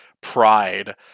pride